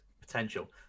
potential